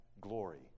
glory